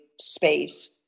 space